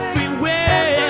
way